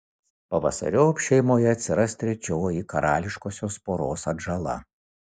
pavasariop šeimoje atsiras trečioji karališkosios poros atžala